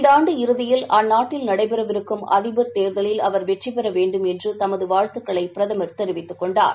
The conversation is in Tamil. இந்த ஆண்டு இறுதியில் அந்நாட்டில் நடைபெறவிருக்கும் அதிபர் தேர்தலில் வெற்றி பெறவேண்டும் என்று தமது வாழ்த்துக்களை தெரிவித்துக் கொண்டார்